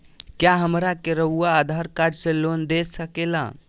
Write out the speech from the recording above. क्या हमरा के रहुआ आधार कार्ड से लोन दे सकेला?